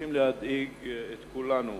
צריכים להדאיג את כולנו.